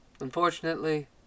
Unfortunately